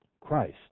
Christ